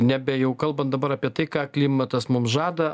nebe jau kalban dabar apie tai ką klimatas mum žada